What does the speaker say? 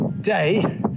day